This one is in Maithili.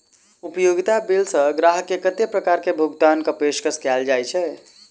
उपयोगिता बिल सऽ ग्राहक केँ कत्ते प्रकार केँ भुगतान कऽ पेशकश कैल जाय छै?